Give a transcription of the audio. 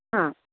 ആ